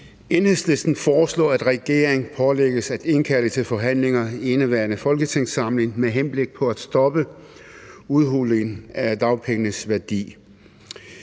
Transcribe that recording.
Enhedslisten foreslår, at regeringen pålægges at indkalde til forhandlinger i indeværende folketingssamling med henblik på at stoppe udhulingen af dagpengenes værdi.